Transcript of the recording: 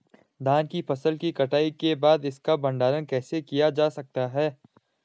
धान की फसल की कटाई के बाद इसका भंडारण कैसे किया जा सकता है?